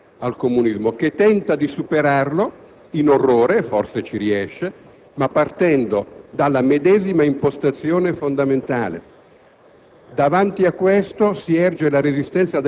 Il nazionalsocialismo è anch'esso una risposta al comunismo, che tenta di superarlo in orrore (e forse vi riesce), ma partendo dalla medesima impostazione fondamentale.